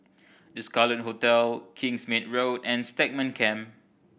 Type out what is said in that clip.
The Scarlet Hotel Kingsmead Road and Stagmont Camp